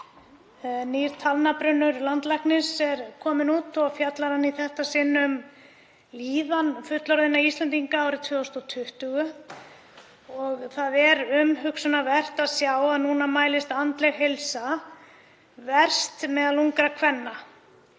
Nýr talnabrunnur landlæknis er kominn út og fjallar hann í þetta sinn um líðan fullorðinna Íslendinga árið 2020. Það er umhugsunarvert að sjá að núna mælist andleg heilsa verst meðal ungra kvenna.